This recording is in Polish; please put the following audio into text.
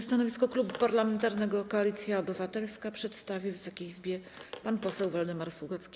Stanowisko Klubu Parlamentarnego Koalicja Obywatelska przedstawi Wysokiej Izbie pan poseł Waldemar Sługocki.